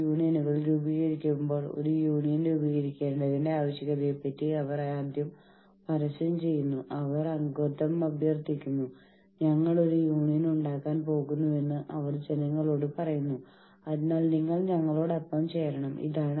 union കുടിശ്ശിക എന്നത് ഒരു യൂണിയനിൽ അംഗമാകാനും ഭരണം ഉറപ്പാക്കാനും ചെറിയ ചിലവുകൾക്കും യൂണിയനുകൾക്ക് മീറ്റിംഗുകൾ സംഘടിപ്പിക്കുന്നതിനുമായി നിങ്ങൾ അടയ്ക്കുന്ന ചെറിയ ഫീസ് ആണ്